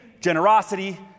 generosity